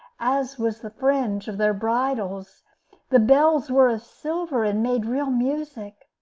as was the fringe of their bridles the bells were silver, and made real music.